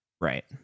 Right